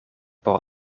por